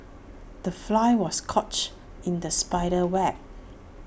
the fly was couch in the spider's web